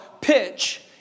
pitch